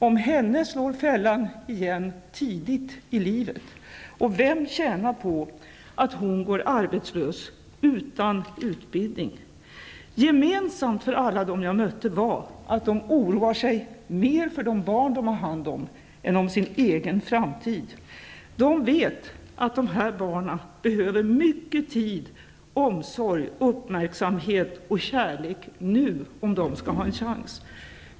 Om henne slår fällan igen tidigt i livet, och vem tjänar på att hon går arbetslös utan utbildning? Gemensamt för alla dem som jag mötte var att de oroar sig mer för de barn de har hand om, än för sin egen framtid. De vet att de här barnen behöver mycket tid, omsorg, uppmärksamhet och kärlek nu om de skall ha en chans.